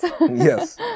Yes